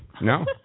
No